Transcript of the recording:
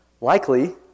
Likely